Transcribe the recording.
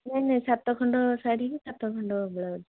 ନାହିଁ ନାହିଁ ସାତ ଖଣ୍ଡ ଶାଢ଼ୀକି ସାତ ଖଣ୍ଡ ବ୍ଲାଉଜ୍